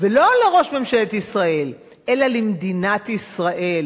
ולא לראש ממשלת ישראל אלא למדינת ישראל.